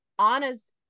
Anna's